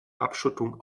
abschottung